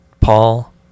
Paul